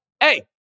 hey